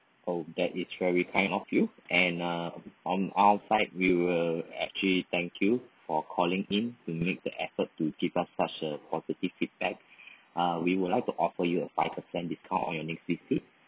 oh that is very kind of you and ah on our side we will actually thank you for calling in to make the effort to give us such a positive feedback uh we would like to offer you a five percent discount on your next visit